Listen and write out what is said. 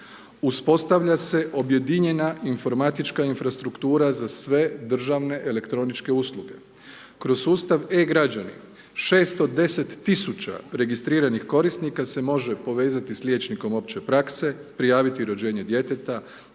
Uspostavlja se objedinjena informatička infrastruktura za sve državne elektroničke usluge. Kroz sustav e građani 610 000 registriranih korisnika se može povezati s liječnikom opće prakse, prijaviti rođenje djeteta,